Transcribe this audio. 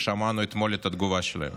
ושמענו אתמול את התגובה שלהם.